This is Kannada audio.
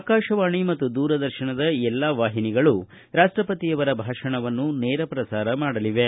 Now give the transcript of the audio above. ಆಕಾಶವಾಣಿ ಮತ್ತು ದೂರದರ್ಶನದ ಎಲ್ಲಾ ವಾಹಿನಿಗಳು ರಾಷ್ನಪತಿಯವರ ಭಾಷಣವನ್ನು ನೇರಪ್ರಸಾರ ಮಾಡಲಿವೆ